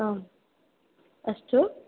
आम् अस्तु